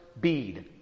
bead